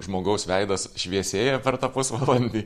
žmogaus veidas šviesėja per tą pusvalandį